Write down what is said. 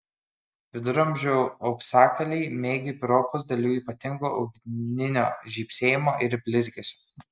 viduramžių auksakaliai mėgę piropus dėl jų ypatingo ugninio žybsėjimo ir blizgesio